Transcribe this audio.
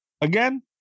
again